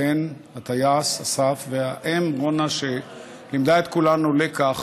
הבן הטייס אסף והאם רונה, שלימדה את כולנו לקח